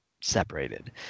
separated